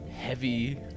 heavy